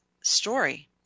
story